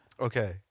Okay